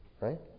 right